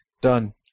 Done